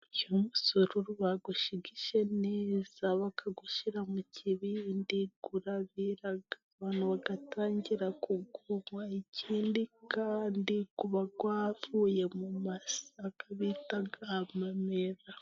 Iyo umusururu bawushigishe neza, bakawushyira mu kibindi urabira, abantu bagatangira kuwunywa, ikindi kandi uba wavuye mu masaka bita amamera.